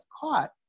caught